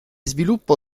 sviluppo